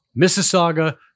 Mississauga